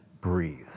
breathe